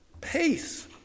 peace